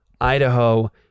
Idaho